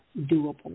doable